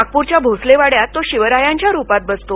नागपुरच्या भोसलेवाड्यात तो शिवरायांच्या रुपात बसतो